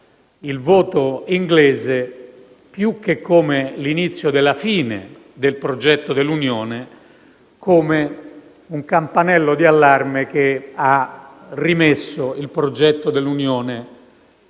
il voto inglese, più che come l'inizio della fine del progetto dell'Unione, come un campanello d'allarme che ha rimesso il progetto dell'Unione